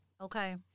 Okay